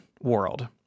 world